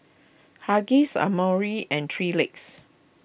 Huggies Amore and three Legs